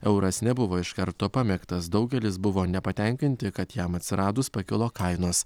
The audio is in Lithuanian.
euras nebuvo iš karto pamėgtas daugelis buvo nepatenkinti kad jam atsiradus pakilo kainos